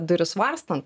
duris varstant